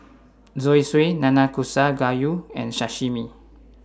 Zosui Nanakusa Gayu and Sashimi